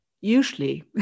usually